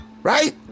Right